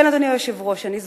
כן, אדוני היושב-ראש, אני זוכרת.